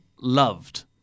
loved